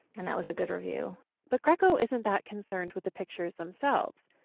and that was a good review but grieco isn't that concerned with the pictures themselves.